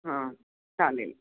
हां चालेल